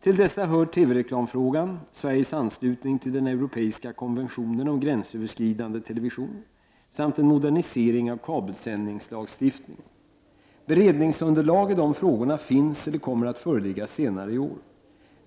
Till dessa hör TV-reklamfrågan, Sveriges anslutning till den europeiska konventionen om gränsöverskridande television samt en modernisering av kabelsändningslagstiftningen. Beredningsunderlag i dessa frågor finns eller kommer att föreligga senare i år.